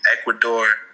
Ecuador